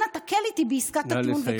אנא תקל איתי בעסקת הטיעון -- נא לסיים.